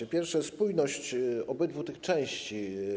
Po pierwsze, spójność obydwu tych części.